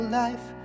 life